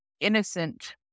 innocent